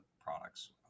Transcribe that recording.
products